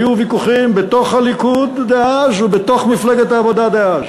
היו ויכוחים בתוך הליכוד דאז ובתוך מפלגת העבודה דאז,